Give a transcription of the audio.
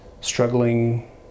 struggling